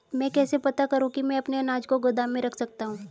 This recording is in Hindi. मैं कैसे पता करूँ कि मैं अपने अनाज को गोदाम में रख सकता हूँ?